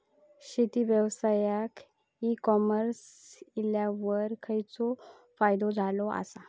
शेती व्यवसायात e commerce इल्यावर खयचो फायदो झालो आसा?